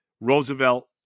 Roosevelt